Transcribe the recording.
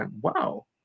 wow